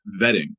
vetting